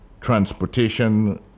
transportation